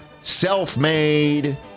self-made